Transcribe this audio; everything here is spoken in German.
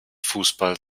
fußball